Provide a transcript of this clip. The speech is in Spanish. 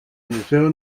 museo